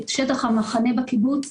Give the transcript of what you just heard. את שטח המחנה בקיבוץ,